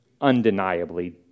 undeniably